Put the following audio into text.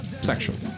sexually